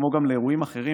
כמו גם לאירועים אחרים,